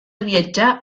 viatjar